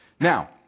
Now